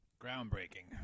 Groundbreaking